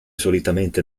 solitamente